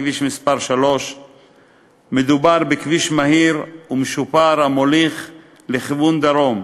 כביש מס' 3. מדובר בכביש מהיר ומשופר המוליך לכיוון דרום.